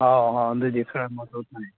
ꯑꯥ ꯑꯥ ꯑꯗꯨꯗꯤ ꯈꯔ ꯃꯊꯧ ꯇꯥꯏ